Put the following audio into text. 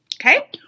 Okay